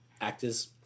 actors